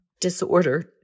disorder